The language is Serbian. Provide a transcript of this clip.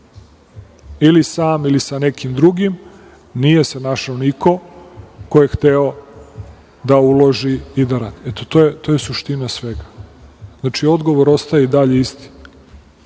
radi sam ili sa nekim drugim, nije se našao niko ko je hteo da uloži i da radi. To je suština svega. Znači, odgovor ostaje i dalje isti.